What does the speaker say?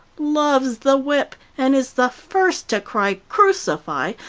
loves the whip, and is the first to cry crucify!